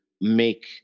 make